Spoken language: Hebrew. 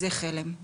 זה חלם,